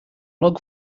log